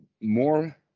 more